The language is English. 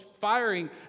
firing